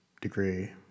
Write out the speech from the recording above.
degree